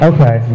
Okay